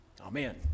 Amen